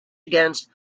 against